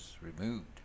removed